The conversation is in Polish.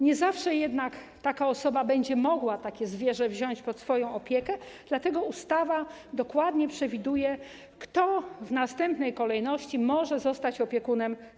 Nie zawsze jednak taka osoba będzie mogła wziąć zwierzę pod swoją opiekę, dlatego ustawa dokładnie przewiduje, kto w następnej kolejności może zostać jego opiekunem.